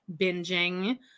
binging